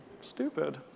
stupid